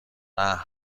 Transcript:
قهر